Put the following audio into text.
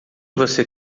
você